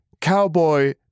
Cowboy